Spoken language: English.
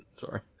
sorry